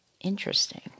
Interesting